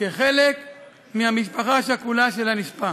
כחלק מהמשפחה השכולה של הנספה.